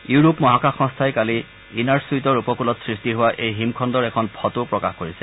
Europe মহাকাশ সংস্থাই কালি ইনাৰছুইতৰ উপকূলত সৃষ্টি হোৱা এই হিমখণ্ডৰ এখন ফটো প্ৰকাশ কৰিছে